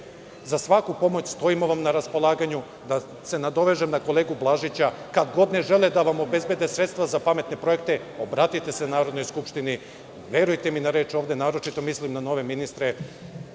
svaku pomoć stojimo vam na raspolaganju. Da se nadovežem na kolegu Blažića, kad god ne žele da vam obezbede sredstva za pametne projekte, obratite se Narodnoj skupštini. Verujte mi na reč, ovde naročito mislim na nove ministre,